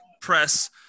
press